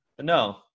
No